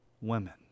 women